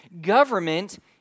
government